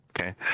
okay